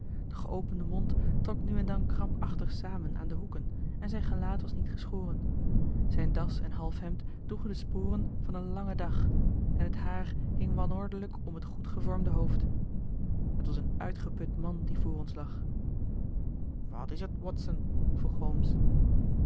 de geopende mond trok nu en dan krampachtig samen aan de hoeken en zijn gelaat was niet geschoren zijn das en halfhemd droegen de sporen van een langen dag en het haar hing wanordelijk om het goed gevormde hoofd het was een uitgeput man die voor ons lag wat is het watson